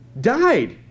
died